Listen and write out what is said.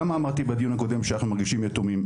למה אמרתי בדיון הקודם שאנחנו מרגישים יתומים?